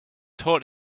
taught